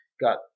got